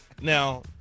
Now